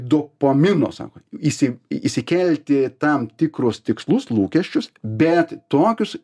dopamino sakot įsi įsikelti tam tikruos tikslus lūkesčius bet tokius